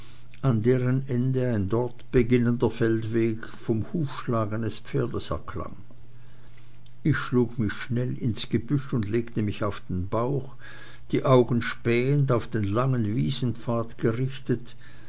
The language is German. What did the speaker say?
an deren ende ein dort beginnender felsweg vom hufschlag eines pferdes erklang ich schlug mich schnell ins gebüsch und legte mich auf den bauch die augen spähend auf den langen wiesenpfad gerichtet